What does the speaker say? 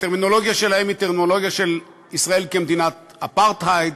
הטרמינולוגיה שלהם היא טרמינולוגיה של ישראל כמדינת אפרטהייד,